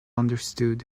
understood